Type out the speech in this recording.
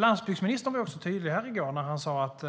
Landsbygdsministern var också tydlig här i går när han sa att